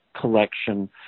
collection